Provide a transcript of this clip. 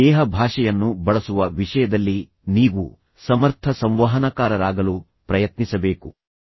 ದೇಹಭಾಷೆಯನ್ನು ಬಳಸುವ ವಿಷಯದಲ್ಲಿ ನೀವು ಸಮರ್ಥ ಸಂವಹನಕಾರರಾಗಲು ಪ್ರಯತ್ನಿಸಬೇಕು